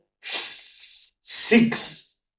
six